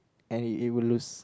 and he he will lose